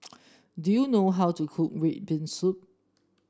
do you know how to cook red bean soup